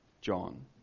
John